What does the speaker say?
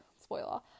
spoiler